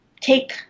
take